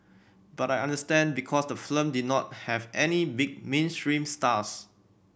but I understand because the did not have any big mainstream stars